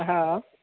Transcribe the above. हँ